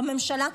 בממשלה,